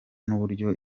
n’uburyo